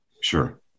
Sure